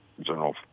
General